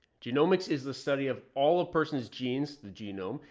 genomics is the study of all a person's genes, the genome,